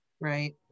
Right